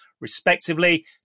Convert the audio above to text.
respectively